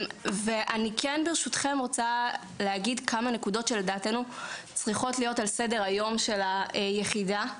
אני רוצה לומר כמה נקודות שלדעתנו צריכות להיות על סדר-היום של היחידה.